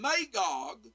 Magog